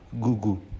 Google